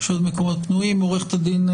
עורכת הדין,